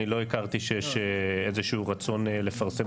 אני לא הכרתי שיש איזה שהוא רצון לפרסם.